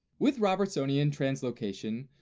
with robertsonian translocation,